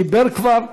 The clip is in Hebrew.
דיבר כבר,